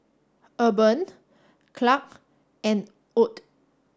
Urban Clarke and Ott